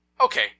okay